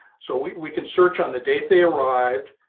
so we we can search on the date they arrived,